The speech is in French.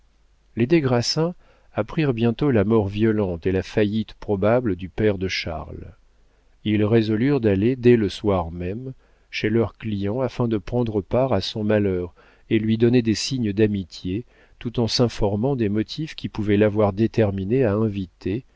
les des grassins apprirent bientôt la mort violente et la faillite probable du père de charles ils résolurent d'aller dès le soir même chez leur client afin de prendre part à son malheur et lui donner des signes d'amitié tout en s'informant des motifs qui pouvaient l'avoir déterminé à inviter